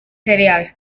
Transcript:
cereal